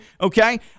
okay